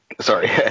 sorry